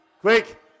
Quick